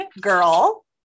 girl